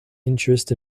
interest